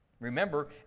Remember